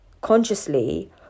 consciously